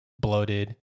Bloated